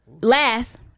Last